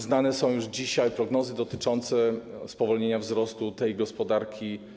Znane są już dzisiaj prognozy dotyczące spowolnienia wzrostu tej gospodarki.